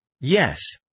Yes